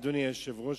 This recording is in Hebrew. אדוני היושב-ראש.